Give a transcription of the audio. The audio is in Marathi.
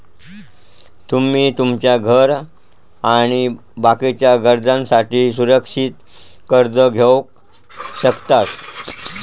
तुमी तुमच्या घर आणि बाकीच्या गरजांसाठी असुरक्षित कर्ज घेवक शकतास